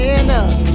enough